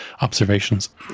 observations